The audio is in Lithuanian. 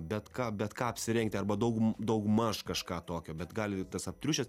bet ką bet ką apsirengti arba daugm daugmaž kažką tokio bet gali ir tas aptriušęs